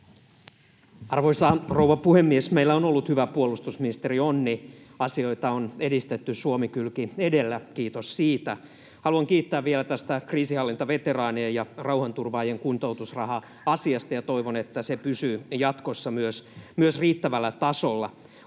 Arvoisa rouva puhemies! Meillä on ollut hyvä puolustusministerionni: asioita on edistetty Suomi-kylki edellä — kiitos siitä. Haluan kiittää vielä tästä kriisinhallintaveteraanien ja rauhanturvaajien kuntoutusraha-asiasta, ja toivon, että se pysyy myös jatkossa riittävällä tasolla.